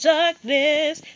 Darkness